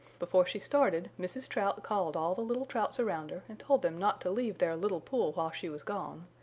before she started mrs. trout called all the little trouts around her and told them not to leave their little pool while she was gone,